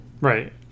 Right